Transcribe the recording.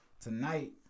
Tonight